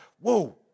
whoa